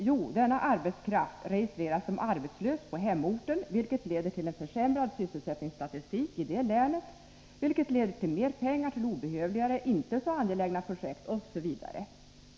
Jo, denna arbetskraft registreras som arbetslös på hemorten. Detta leder till en försämrad sysselsättningsstatistik i det länet, vilket i sin tur leder till att mer pengar ges till obehövliga eller inte så angelägna projekt osv.